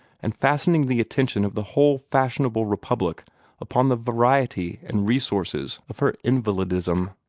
and fastening the attention of the whole fashionable republic upon the variety and resources of her invalidism.